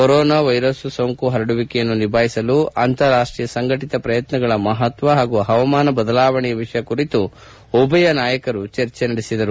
corona virus ಸೋಂಕು ಹರಡುವಿಕೆಯನ್ನು ನಿಭಾಯಿಸಲು ಅಂತರರಾಷ್ಟೀಯ ಸಂಘಟತ ಪ್ರಯತ್ನಗಳ ಮಹತ್ವ ಹಾಗೂ ಹವಾಮಾನ ಬದಲಾವಣೆಯ ವಿಷಯದ ಕುರಿತು ಉಭಯ ನಾಯಕರು ಚರ್ಚಿಸಿದರು